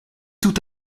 tout